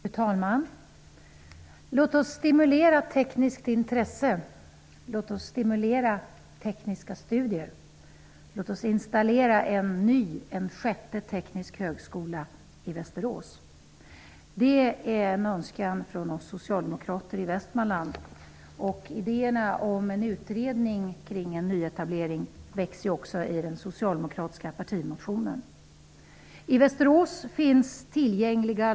Fru talman! Låt oss stimulera tekniskt intresse. Låt oss stimulera tekniska studier. Låt oss inrätta en ny sjätte teknisk högskola i Västerås. Detta är en önskan från oss socialdemokrater i Västmanland. Idéerna om en utredning kring en nyetablering finns också i den socialdemokratiska partimotionen. I Västerås finns lokaler tillgängliga.